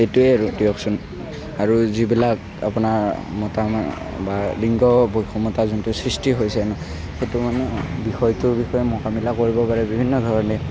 সেইটোৱে আৰু দিয়কচোন আৰু যিবিলাক আপোনাৰ মতা মা বা লিংগ বৈষম্য়তা যোনটো সৃষ্টি হৈছে সেইটো মানে বিষয়টোৰ বিষয়ে মোকাবিলা কৰিবৰ বাবে বিভিন্ন ধৰণে